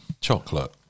chocolate